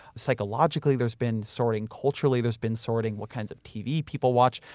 psychologically there's been sorting, culturally there's been sorting, what kinds of tv people watch.